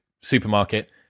supermarket